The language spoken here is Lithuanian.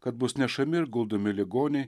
kad bus nešami ir guldomi ligoniai